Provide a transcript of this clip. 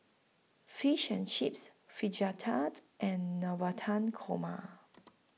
Fish and Chips Fajitas and Navratan Korma